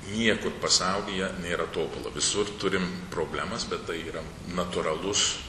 niekur pasaulyje nėra tobula visur turim problemas bet tai yra natūralus